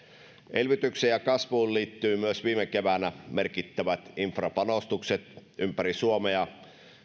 elvytykseen ja kasvuun liittyy myös viime kevään merkittävät infrapanostukset ympäri suomea